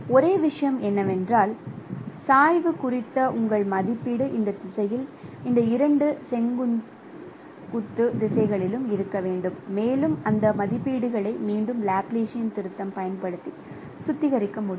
ஒரே விஷயம் என்னவென்றால் சாய்வு குறித்த உங்கள் மதிப்பீடு இந்த திசையில் இந்த இரண்டு செங்குத்து திசைகளிலும் இருக்க வேண்டும் மேலும் அந்த மதிப்பீடுகளை மீண்டும் லாப்லாசியன் திருத்தம் பயன்படுத்தி சுத்திகரிக்க முடியும்